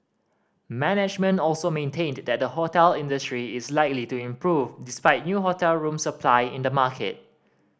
management also maintained that the hotel industry is likely to improve despite new hotel room supply in the market